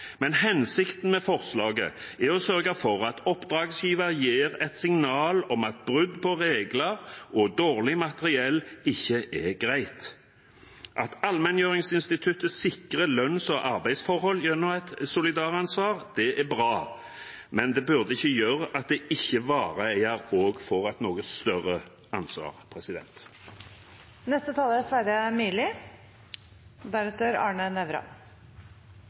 Men hensikten med forslaget er å sørge for at oppdragsgiveren gir et signal om at brudd på regler og dårlig materiell ikke er greit. At allmenngjøringsinstituttet sikrer lønns- og arbeidsforhold gjennom et solidaransvar, er bra, men det burde ikke gjøre at ikke vareeieren også får et noe større ansvar. Det er